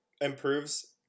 improves